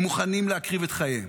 הם מוכנים להקריב את חייהם,